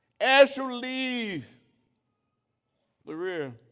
as you leave berea,